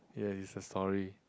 ya he's a sorry